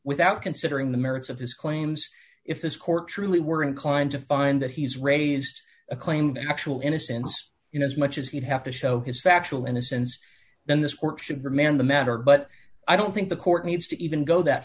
without considering the merits of his claims if this court truly were inclined to find that he's raised a claim that actual innocence you know as much as he'd have to show his factual innocence then this court should demand the matter but i don't think the court needs to even go that